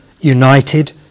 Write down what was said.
united